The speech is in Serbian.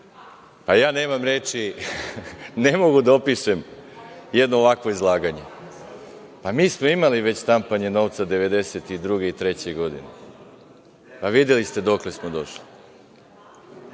pa, ja nemam reči, ne mogu da opišem jedno ovakvo izlaganje. Pa, mi smo imali već štampanje novca 1992. godine i 1993. godine. Pa, videli ste dokle smo došli.